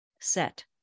set